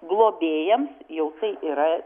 globėjams jau tai yra